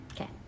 okay